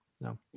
no